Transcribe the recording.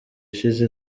ishize